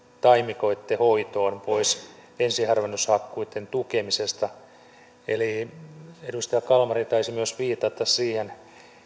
taimikoitten hoitoon pois ensiharvennushakkuitten tukemisesta myös edustaja kalmari taisi viitata siihen